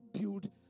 build